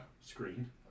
screen